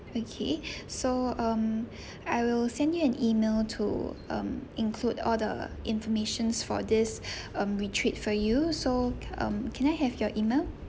okay so um I will send you an email to um include all the information for this um retreat for you so um can I have your email